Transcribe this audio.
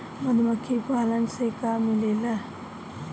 मधुमखी पालन से का मिलेला?